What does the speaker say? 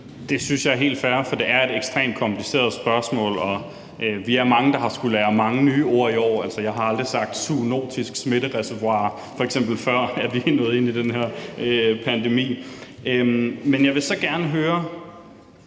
Det synes jeg er helt fair, for det er et ekstremt kompliceret spørgsmål, og vi er mange, der har skullet lære mange nye ord i år. Altså, jeg har f.eks. aldrig sagt zoonotisk smittereservoir, før vi kom ind i den her pandemi. Men så vil jeg gerne høre: